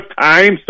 time